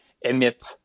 emit